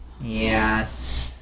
Yes